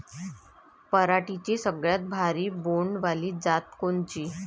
पराटीची सगळ्यात भारी बोंड वाली जात कोनची?